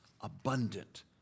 abundant